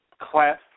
class